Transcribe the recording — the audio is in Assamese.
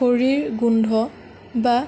খৰিৰ গোন্ধ বা